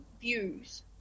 views